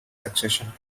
succession